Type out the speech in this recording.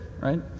Right